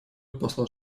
посла